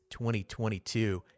2022